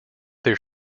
their